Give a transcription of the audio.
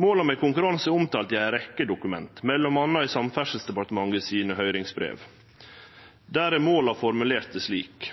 Måla med konkurransen er omtalte i ei rekkje dokument, m.a. i Samferdselsdepartementet sine høyringsbrev. Der er måla formulerte slik: